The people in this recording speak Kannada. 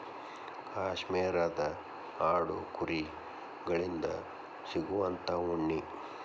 ಕಾಶ್ಮೇರದ ಆಡು ಕುರಿ ಗಳಿಂದ ಸಿಗುವಂತಾ ಉಣ್ಣಿ